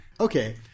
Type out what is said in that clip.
Okay